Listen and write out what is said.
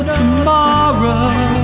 tomorrow